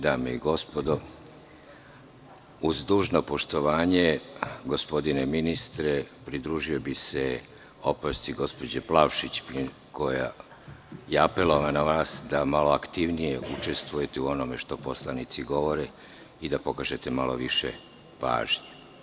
Dame i gospodo, uz dužno poštovanje, gospodine ministre, pridružio bih se opasci gospođe Plavšić, koja je apelovala na vas da malo aktivnije učestvujete u onome što poslanici govore i da pokažete malo više pažnje.